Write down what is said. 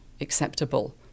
acceptable